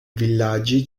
villaggi